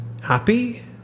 happy